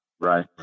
Right